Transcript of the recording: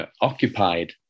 occupied